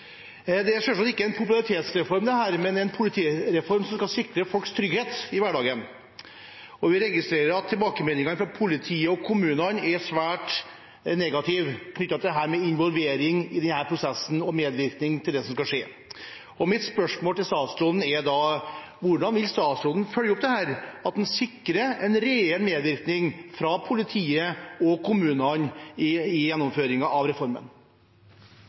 kommunene er svært negative knyttet til dette med involvering i disse prosessene og medvirkning til det som skal skje. Mitt spørsmål til statsråden er: Hvordan vil statsråden følge opp at man sikrer en reell medvirkning fra politiet og kommunene i gjennomføringen av reformen?